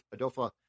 Adolfa